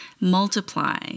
multiply